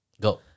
Go